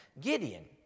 Gideon